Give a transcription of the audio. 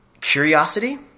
curiosity